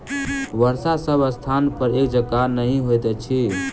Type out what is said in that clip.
वर्षा सभ स्थानपर एक जकाँ नहि होइत अछि